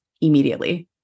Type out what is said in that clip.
immediately